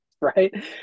right